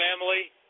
family